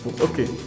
Okay